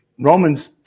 Romans